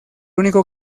único